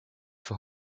for